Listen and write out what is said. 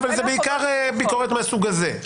אבל זה בעיקר ביקורת מהסוג הזה.